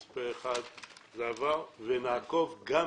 הצבעה בעד, 2 נגד, אין נמנעים,